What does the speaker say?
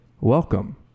welcome